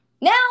Now